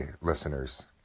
listeners